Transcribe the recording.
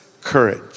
courage